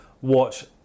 watch